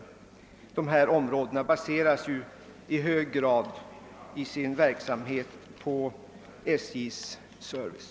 Befolkning och näringsliv i dessa områden baserar nu i hög grad sin verksamhet på SJ:s service.